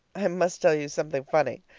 i must tell you something funny.